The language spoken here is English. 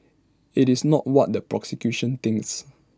IT is not what the prosecution thinks